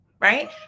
right